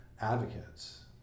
advocates